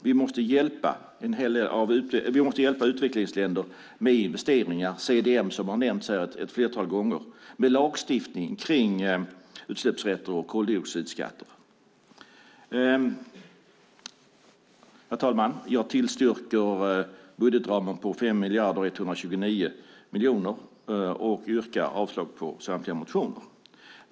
Vi måste hjälpa utvecklingsländer med investeringar, till exempel CDM, som har nämnts här ett flertal gånger, och lagstiftning kring utsläppsrätter och koldioxidskatter. Jag yrkar bifall till budgetramen på 5 129 miljoner kronor och yrkar avslag på samtliga motioner.